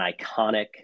iconic